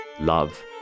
love